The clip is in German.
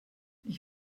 ich